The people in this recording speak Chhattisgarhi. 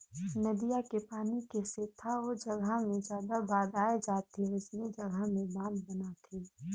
नदिया के पानी के सेथा ओ जघा मे जादा बाद आए जाथे वोइसने जघा में बांध बनाथे